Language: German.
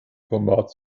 format